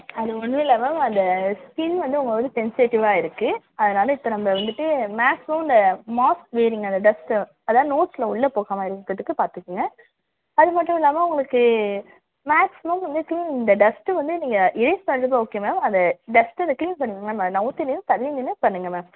அது ஒன்றும் இல்லை மேம் அந்த ஸ்கின் வந்து உங்களோடது சென்சிடிவ்வாக இருக்குது அதனால இப்போ நம்ம வந்துட்டு மேக்ஸிமம் இந்த மாஸ்க் வியரிங் அந்த டஸ்ட்டு அதாவது நோஸில் உள்ளே போகாமல் இருக்கிறதுக்கு பார்த்துக்கங்க அது மட்டும் இல்லாமல் உங்களுக்கு மேக்ஸிமம் வந்து கிளீனிங் இந்த டஸ்ட்டு வந்து நீங்கள் எரேஸ் பண்ணுறது ஓகே மேம் அந்த டஸ்ட்டரை கிளீன் பண்றீங்கள்ல மேம் அதை நகத்தி நின்று தள்ளி நின்று பண்ணுங்கள் மேம்